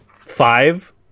five